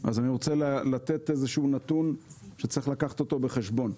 אני רוצה לתת נתון שצריך לקחת בחשבון.